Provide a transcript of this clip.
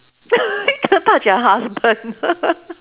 cannot touch your husband